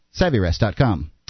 SavvyRest.com